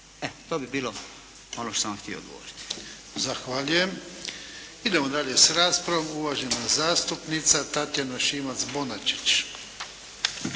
E to bi bilo ono što sam vam htio odgovoriti. **Jarnjak, Ivan (HDZ)** Zahvaljujem. Idemo dalje s raspravom. Uvažena zastupnica Tatjana Šimac-Bonačić.